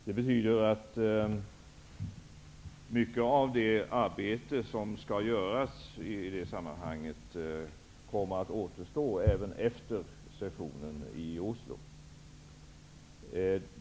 Det betyder att mycket av det arbete som skall göras i det sammanhanget kommer att återstå även efter sessionen i Oslo.